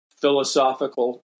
philosophical